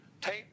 tape